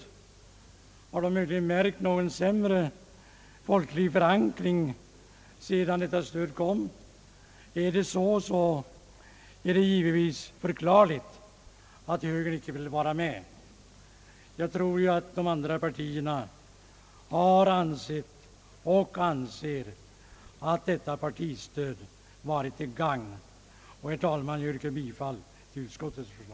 Om man inom högern har märkt en sämre folklig förankring sedan stödet tillkom, är det givetvis förklarligt att högern nu inte vill vara med. Jag tror dock att de andra partierna har ansett och alltjämt anser att partistödet har varit till gagn. Herr talman! Jag yrkar bifall till utskottets förslag.